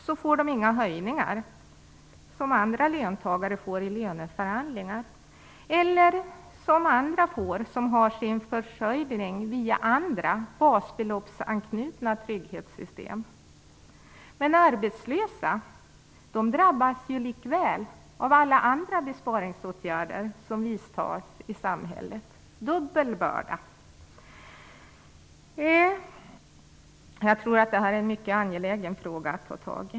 De får inga inkomsthöjningar, som löntagare får i löneförhandlingar och som andra får som har sin försörjning via andra, basbeloppsanknutna trygghetssystem, men de drabbas likväl av alla andra besparingsåtgärder i samhället. De har alltså en dubbel börda. Jag tror att det här är en mycket angelägen fråga.